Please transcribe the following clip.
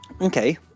Okay